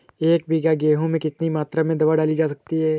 एक बीघा गेहूँ में कितनी मात्रा में दवा डाली जा सकती है?